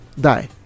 die